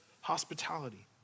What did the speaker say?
hospitality